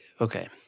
okay